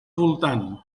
voltant